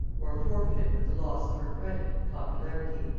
or forfeited with the loss of her credit and popularity.